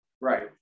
Right